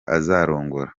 azarongora